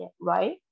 right